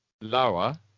Lower